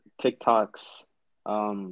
TikTok's